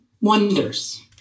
wonders